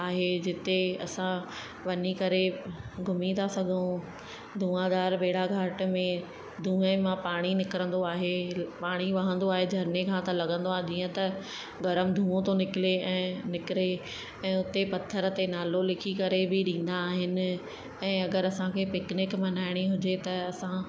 आहे जिते असां वञी करे घुमी था सघूं धुआंधार बेड़ा घाट में धुए मां पाणी निकिरंदो आहे पाणी वहंदो आहे झरने खां त लॻंदो आहे जीअं त गरम धुओ थो निकिरे ऐं निकिरे ऐं उते पथर ते नालो लिखी करे बि ॾींदा आहिनि ऐं अगरि असांखे पिकनिक मनाइणी हुजे त असां